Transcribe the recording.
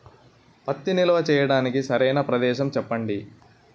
పత్తి నిల్వ చేయటానికి సరైన ప్రదేశం చెప్పండి?